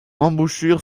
embouchure